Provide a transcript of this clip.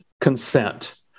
consent